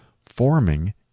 forming